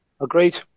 Agreed